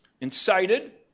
incited